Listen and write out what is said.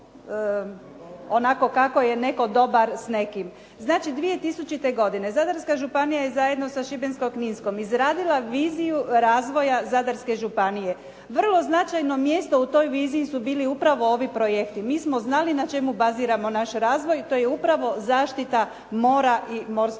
Znači 2000. godine Zadarska županija je zajedno sa Šibensko-kninskom izradila viziju razvoja Zadarske županije. Vrlo značajno mjesto u toj viziji su bili upravo ovi projekti. Mi smo znali na čemu baziramo naš razvoj, to je upravo zaštita mora i morskog